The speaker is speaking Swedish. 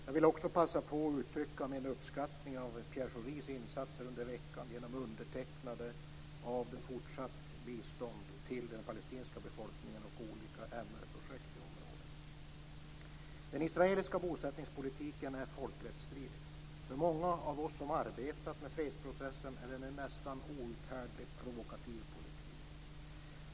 Jag vill också passa på och uttrycka min uppskattning av Pierre Schoris insatser under veckan genom undertecknandet av avtalet om fortsatt bistånd till den palestinska befolkningen och olika MR Den israeliska bosättningspolitiken är folkrättsstridig. För många av oss som arbetat med fredsprocessen är den en nästan outhärdligt provokativ politik.